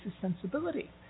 sensibility